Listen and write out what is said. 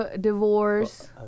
divorce